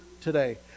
today